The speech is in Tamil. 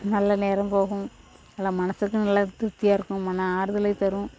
நல்லா நேரம் போகும் நல்லா மனசுக்கும் நல்லா திருப்தியாக இருக்கும் மன ஆறுதலை தரும்